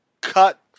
cut